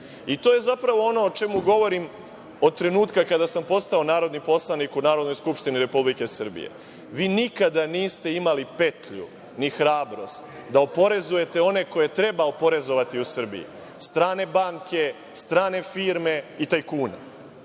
To je zapravo ono o čemu govorim od trenutka kada sam postao narodni poslanik u Narodnoj skupštini Republike Srbije. Vi nikada niste imali petlju ni hrabrost da oporezujete one koje treba oporezovati u Srbiji – strane banke, strane firme i tajkune.